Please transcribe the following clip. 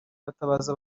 batabaza